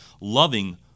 loving